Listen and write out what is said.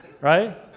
Right